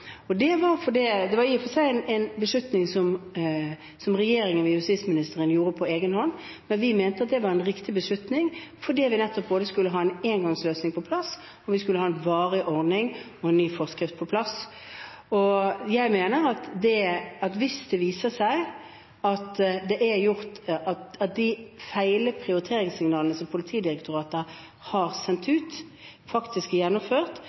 i og for seg en beslutning som regjeringen og justisministeren gjorde på egen hånd, men vi mente at det var en riktig beslutning nettopp fordi vi både skulle ha en engangsløsning på plass og en varig ordning og en ny forskrift på plass. Jeg mener at hvis det viser seg at de feilaktige prioriteringssignalene som Politidirektoratet har sendt ut, faktisk